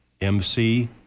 MC